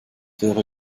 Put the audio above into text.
wäre